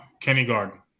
kindergarten